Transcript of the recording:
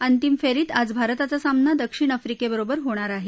अंतिम फेरीत आज भारताचा सामना दक्षिण आफ्रिकेबरोबर होणार आहे